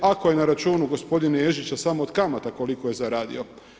Ako je na računu gospodina Ježića samo od kamata koliko je zaradio.